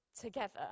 together